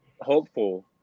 hopeful